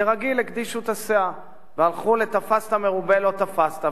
כרגיל הגדישו את הסאה והלכו לתפסת מרובה לא תפסת.